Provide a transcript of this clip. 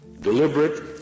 Deliberate